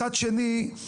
מצד שני,